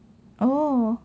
oh